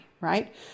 right